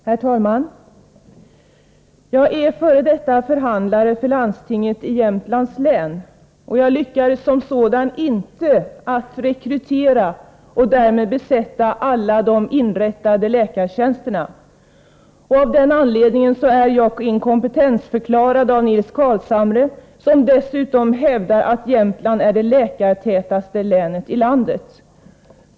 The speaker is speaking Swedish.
Herr talman! Jag är f. d. förhandlare för landstinget i Jämtlands län. Som sådan lyckades jag inte rekrytera läkare för att besätta alla de inrättade läkartjänsterna. Av den anledningen är jag inkompetensförklarad av Nils Carlshamre, som dessutom hävdar att Jämtland är det läkartätaste länet i landet.